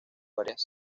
varias